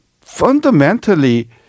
fundamentally